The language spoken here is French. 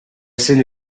scène